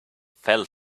fell